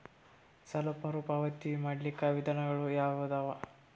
ಸಾಲ ಮರುಪಾವತಿ ಮಾಡ್ಲಿಕ್ಕ ವಿಧಾನಗಳು ಯಾವದವಾ?